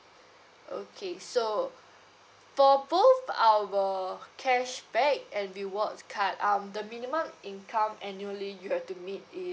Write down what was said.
okay so for both our cashback and rewards card um the minimum income annually you have to meet is